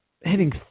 hitting